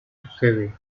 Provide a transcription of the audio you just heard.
sucede